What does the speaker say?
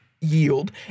yield